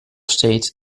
state